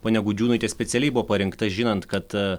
ponia gudžiūnaitė specialiai buvo parinkta žinant kad aaa